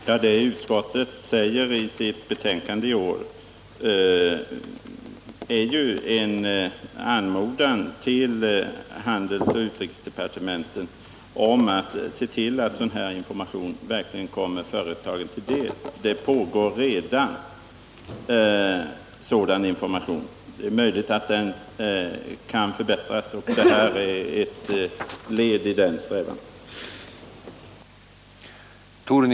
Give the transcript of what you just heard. Herr talman! Det utskottet säger i sitt betänkande i år innebär en anmodan till handelsoch utrikesdepartementen att se till att sådan här information verkligen kommer företagen till del. Det ges redan sådan information, men den kan och bör förbättras. Utskottets uttalande är ett led i denna strävan.